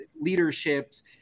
leaderships